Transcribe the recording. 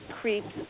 creeps